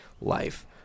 life